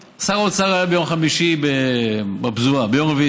טלב אבו עראר, יש בעיה, יש בעיה,